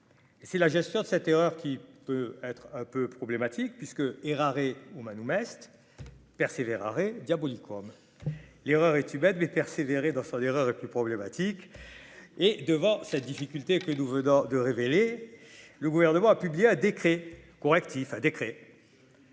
si la gestion de cette erreur qui peut être un peu problématique puisque erare Oumanou Metz tu persévères arrêt diabolicum l'erreur et Tibet devait persévérer dans son erreur est plus problématique et devant cette difficulté que nous venons de révéler le gouvernement a publié un décret correctif à décret